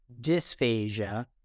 dysphagia